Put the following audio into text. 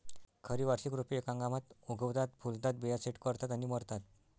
खरी वार्षिक रोपे एका हंगामात उगवतात, फुलतात, बिया सेट करतात आणि मरतात